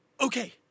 Okay